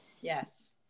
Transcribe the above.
yes